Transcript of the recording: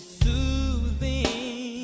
soothing